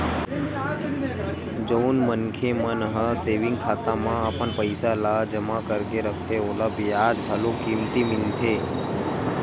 जउन मनखे मन ह सेविंग खाता म अपन पइसा ल जमा करके रखथे ओला बियाज घलो कमती मिलथे